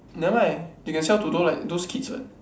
never mind they can sell to those like those kids what